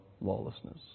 lawlessness